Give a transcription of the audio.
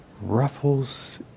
ruffles